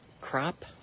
Crop